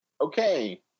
okay